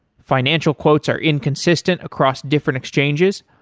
financial quotes are inconsistent across different exchanges,